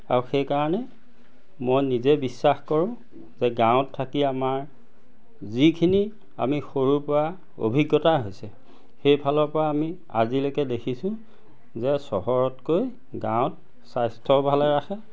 আৰু সেইকাৰণে মই নিজে বিশ্বাস কৰোঁ যে গাঁৱত থাকি আমাৰ যিখিনি আমি সৰুৰ পৰা অভিজ্ঞতা হৈছে সেইফালৰ পৰা আমি আজিলৈকে দেখিছোঁ যে চহৰতকৈ গাঁৱত স্বাস্থ্য ভালে ৰাখে